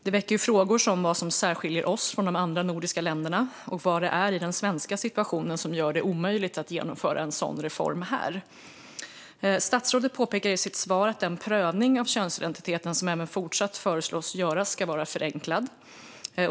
Det väcker frågor. Vad särskiljer oss från de andra nordiska länderna? Vad är det i den svenska situationen som gör det omöjligt att genomföra en sådan reform här? Statsrådet påpekade i sitt svar att den prövning av könsidentiteten som även fortsatt föreslås ske ska vara förenklad.